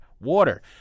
water